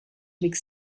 avec